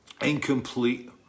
Incomplete